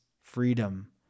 freedom